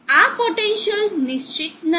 આ પોટેન્શિયલ નિશ્ચિત નથી